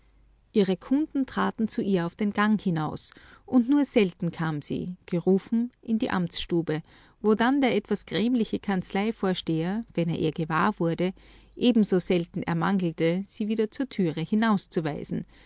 ihre kunden traten zu ihr auf den gang hinaus und nur selten kam sie gerufen in die amtsstube wo dann der etwas grämliche kanzleivorsteher wenn er ihrer gewahr wurde ebenso selten ermangelte sie wieder zur türe hinauszuweisen